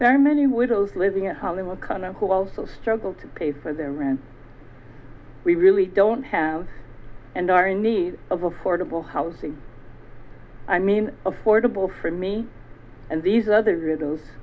are many widows living in hollywood conoco also struggle to pay for their rent we really don't have and are in need of affordable housing i mean of portable for me and these other riddles